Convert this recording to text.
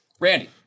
Randy